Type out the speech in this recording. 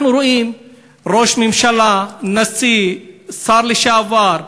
אנחנו רואים ראש ממשלה, נשיא, שר לשעבר,